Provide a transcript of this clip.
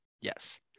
Yes